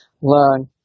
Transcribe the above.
learn